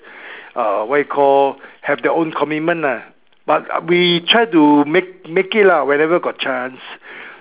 uh what you call have their own commitment lah but we try to make make it lah whenever got chance